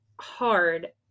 hard